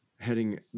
heading